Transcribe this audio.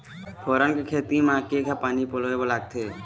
फोरन के खेती म केघा पानी पलोए बर लागथे?